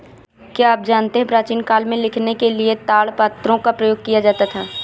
क्या आप जानते है प्राचीन काल में लिखने के लिए ताड़पत्रों का प्रयोग किया जाता था?